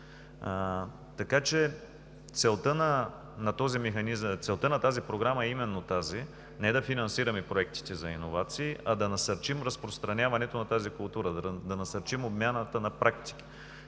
деца. Целта на Програмата е именно тази – не да финансираме проектите за иновации, а да насърчим разпространяването на тази култура, да насърчим обмяната на практики.